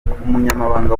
umunyamabanga